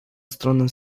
stronę